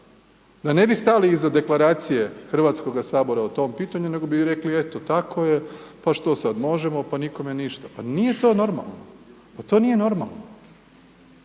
Da ne bi stali iza Deklaracije Hrvatskoga sabora o tome pitanju nego bi rekli eto, tako je, pa što sad možemo, pa nikome ništa. Pa nije to normalno. Pa to nije normalno.